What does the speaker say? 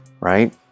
right